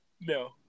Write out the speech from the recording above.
No